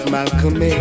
Malcolm